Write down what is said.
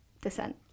descent